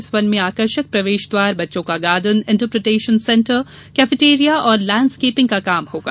इस वन में आकर्षक प्रवेश द्वार बच्चों का गार्डन इंटरप्रिटेशन सेन्टर कैफेटेरिया और लेंड स्केपिंग का कार्य किया जायेगा